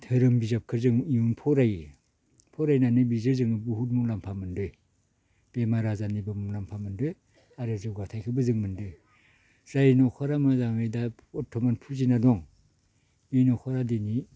धोरोम बिजाबखो जों फरायो फरायनानै बिजो जोङो बहुद मुलाम्फा मोन्दो बेमार आजारनिबो मुलामफा मोन्दो आरो जौगाथाइखोबो जों मोनदो जाय नख'रा मोजाङै दा बर्थमान फुजिना दं इ नख'रा दिनि